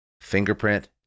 fingerprint